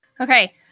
okay